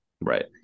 Right